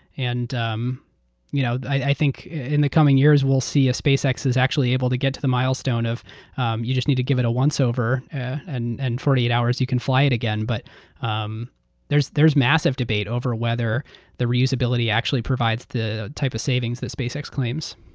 and um you know i think in the coming years, we'll see spacex actually able to get to the milestone of um you just need to give it a once over and and forty eight hours you can fly it again. but um there's there's massive debate over whether the reusability actually provides the type of savings that spacex claims.